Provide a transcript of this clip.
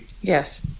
Yes